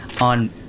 on